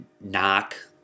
knock